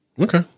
Okay